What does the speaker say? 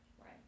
Right